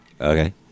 Okay